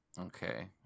Okay